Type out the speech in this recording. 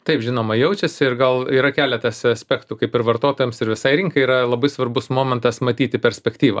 taip žinoma jaučiasi ir gal yra keletas aspektų kaip ir vartotojams ir visai rinkai yra svarbus momentas matyti perspektyvą